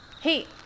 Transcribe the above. Hey